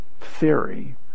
theory